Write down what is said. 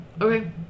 Okay